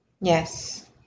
Yes